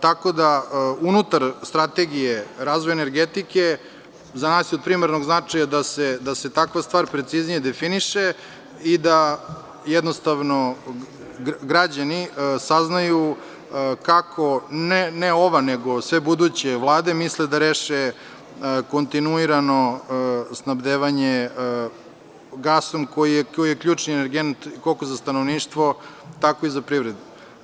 Tako da, unutar Strategije razvoja energetike za nas je od primarnog značaja da se takva stvar preciznije definiše i da jednostavno građani saznaju kako, ne ova, nego sve buduće vlade misle da reše kontinuirano snabdevanje gasom, koji je ključni energent, koliko za stanovništvo, tako i za privredu.